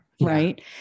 right